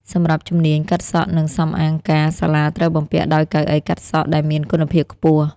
សម្រាប់ជំនាញ កាត់សក់និងសម្អាងការ សាលាត្រូវបំពាក់ដោយកៅអីកាត់សក់ដែលមានគុណភាពខ្ពស់។